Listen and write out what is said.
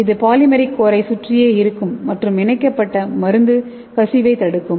எனவே இது பாலிமெரிக் கோரைச் சுற்றியே இருக்கும் மற்றும் இணைக்கப்பட்ட மருந்து கசிவைத் தடுக்கும்